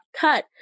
cut